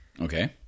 okay